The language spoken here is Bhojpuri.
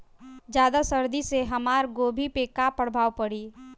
ज्यादा सर्दी से हमार गोभी पे का प्रभाव पड़ी?